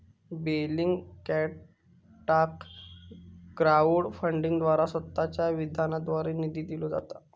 बेलिंगकॅटाक क्राउड फंडिंगद्वारा स्वतःच्या विधानाद्वारे निधी दिलो जाता